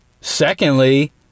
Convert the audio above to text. Secondly